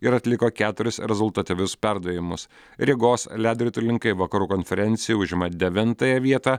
ir atliko keturis rezultatyvius perdavimus rygos ledo ritulininkai vakarų konferencijoje užima devintąją vietą